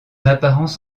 apparence